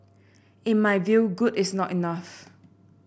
in my view good is not enough